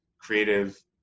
creative